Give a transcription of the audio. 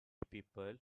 people